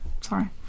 Sorry